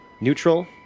neutral